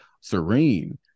serene